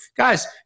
Guys